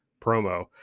promo